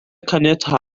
caniatâd